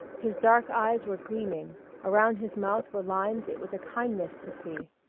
his dark eyes were gleaming around his mouth were lines it was a kindness to see.